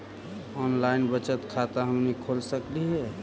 Online बचत खाता हमनी खोल सकली हे?